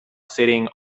sitting